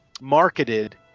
marketed